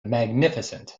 magnificent